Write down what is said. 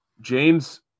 James